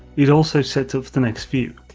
it also sets up the next few.